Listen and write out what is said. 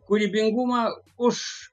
kūrybingumą už